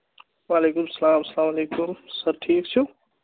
وعلیکُم اسَلام اسلام علیکُم سَر ٹھیٖک چھِو